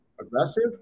Aggressive